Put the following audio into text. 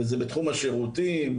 בתחום השירותים,